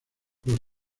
los